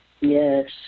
Yes